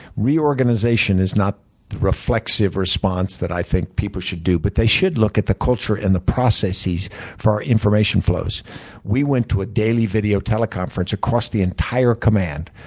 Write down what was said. reorganization is not the reflexive response that i think people should do. but they should look at the culture and the processes for our information flows we went to a daily video teleconference across the entire command,